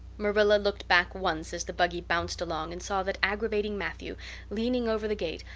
marilla looked back once as the buggy bounced along and saw that aggravating matthew leaning over the gate,